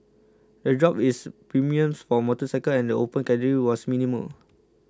the drop is premiums for motorcycles and the Open Category was minimal